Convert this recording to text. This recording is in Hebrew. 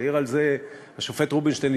העיר על זה השופט רובינשטיין,